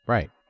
Right